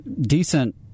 decent